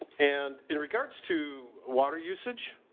and in regards to water usage,